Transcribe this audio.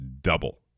double